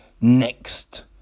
next